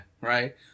right